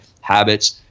habits